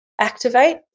activate